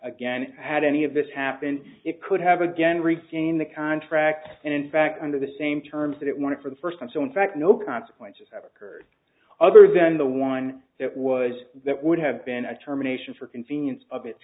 and had any of this happen it could have again reached in the contract and in fact under the same terms that it wanted for the first time so in fact no consequences have occurred other than the one that was that would have been a terminations for convenience of its